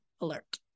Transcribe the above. alert